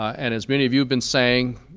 and, as many of you have been saying,